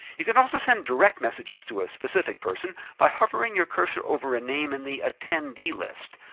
you can also send direct messages to a specific person by hovering your cursor over a name in the attendee list.